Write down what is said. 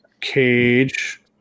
cage